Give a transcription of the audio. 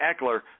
Eckler